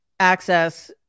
access